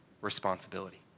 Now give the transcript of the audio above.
responsibility